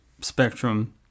spectrum